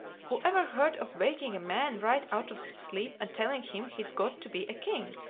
who ever heard of waking a man right out of his sleep, and telling him he's got to be a king,